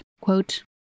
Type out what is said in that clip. Quote